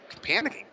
panicking